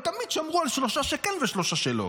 הם תמיד שמרו על שלושה שכן ושלושה שלא.